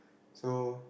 so